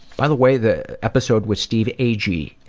by the way the episode with steve agee